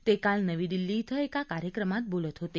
ते काल नवी दिल्ली ध्वे एका कार्यक्रमात बोलत होते